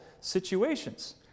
situations